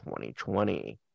2020